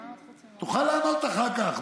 תוכל לענות אחר כך,